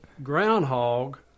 Groundhog